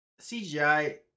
CGI